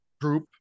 group